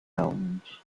hounds